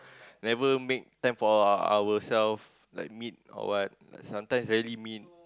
never make time for ourselves like meet or what sometime rarely meet